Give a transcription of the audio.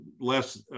less